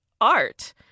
art